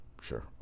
Sure